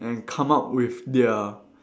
and come up with their